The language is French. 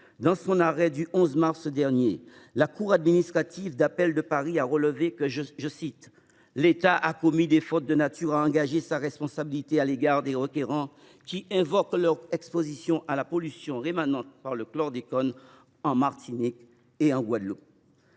dans son arrêt du 11 mars dernier, la cour administrative d’appel de Paris a relevé que « l’État a commis des fautes de nature à engager sa responsabilité à l’égard des requérants qui invoquent leur exposition à la pollution rémanente par le chlordécone en Martinique et en Guadeloupe ».